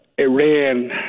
Iran